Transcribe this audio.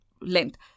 length